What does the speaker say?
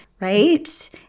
right